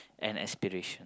and aspiration